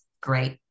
great